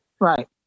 Right